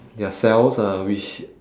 their cells uh which